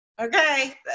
Okay